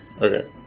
Okay